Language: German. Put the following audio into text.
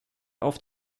auf